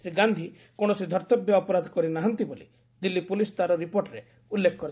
ଶ୍ରୀ ଗାନ୍ଧି କୌଣସି ଧର୍ଭବ୍ୟ ଅପରାଧ କରି ନାହାନ୍ତି ବୋଲି ଦିଲ୍ଲୀ ପୁଲିସ୍ ତା'ର ରିପୋର୍ଟରେ ଉଲ୍ଲ୍େଖ କରିଥିଲା